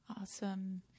Awesome